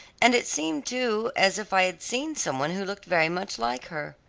and it seemed too, as if i had seen some one who looked very much like her.